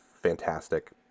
fantastic